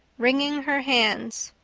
wringing her hands.